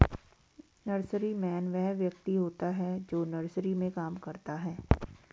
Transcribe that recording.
nurseryman वह व्यक्ति होता है जो नर्सरी में काम करता है